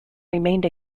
remained